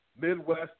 Midwest